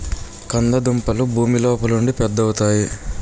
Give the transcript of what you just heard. కంద దుంపలు భూమి లోపలుండి పెద్దవవుతాయి